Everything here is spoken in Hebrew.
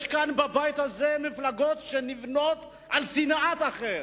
יש כאן בבית הזה מפלגות שנבנות על שנאת האחר,